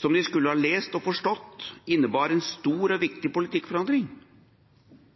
som de skulle ha lest og forstått innebar en stor og viktig politikkforandring, men det var altså bare en forandring